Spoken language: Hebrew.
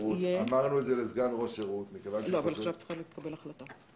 אמרנו את זה לסגן ראש השירות --- אבל עכשיו צריכה להתקבל החלטה.